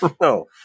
No